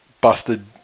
busted